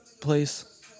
place